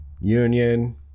Union